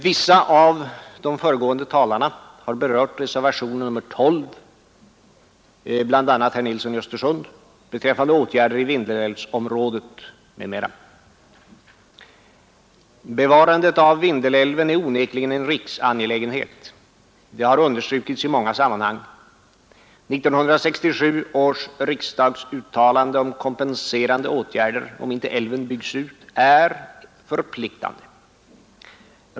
Vissa av de föregående talarna, bl.a. herr Nilsson i Östersund, har berört reservationen 12 beträffande åtgärder i Vindelälvsområdet m.m. Bevarandet av Vindelälven är onekligen en riksangelägenhet. Det har understrukits i många sammanhang. 1967 års riksdagsuttalande om kompenserande åtgärder om inte älven byggs ut är förpliktande.